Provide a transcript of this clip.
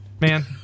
Man